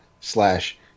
slash